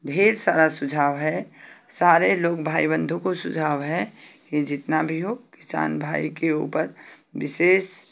ढेर सारा सुझाव है सारे लोग भाई बन्धु को सुझाव है कि जितना भी हो किसान भाई के ऊपर विशेष